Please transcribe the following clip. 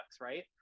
right